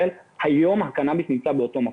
היום הקנאביס נמצא באותו מקום.